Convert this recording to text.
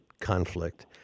conflict